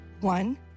One